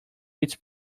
its